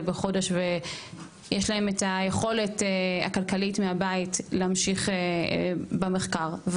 בחודש ויש לו את היכולת הכלכלית מהבית להמשיך במחקר,